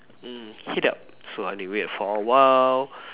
mm heat up so anyway for a while